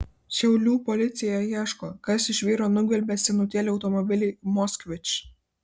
šiaulių policija ieško kas iš vyro nugvelbė senutėlį automobilį moskvič